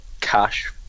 cash